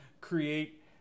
create